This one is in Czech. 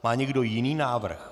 Má někdo jiný návrh?